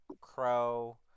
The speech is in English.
crow